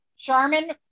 Charmin